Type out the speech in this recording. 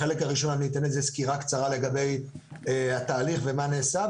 בחלק הראשון אתן סקירה קצרה לגבי התהליך ומה נעשה,